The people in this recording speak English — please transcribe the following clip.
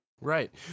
right